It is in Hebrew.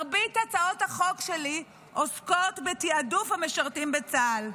מרבית הצעות החוק שלי עוסקות בתיעדוף המשרתים בצה"ל.